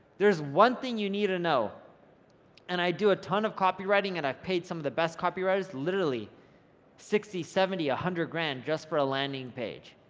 there's one thing you need to know and i do a ton of copy-writing and i've paid some of the best copywriters literally sixty seventy, one ah hundred grand just for a landing page,